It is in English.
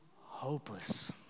hopeless